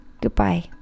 Goodbye